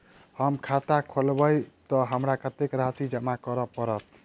हम खाता खोलेबै तऽ हमरा कत्तेक राशि जमा करऽ पड़त?